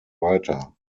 weiter